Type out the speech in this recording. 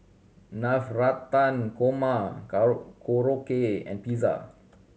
Navratan Korma Korokke and Pizza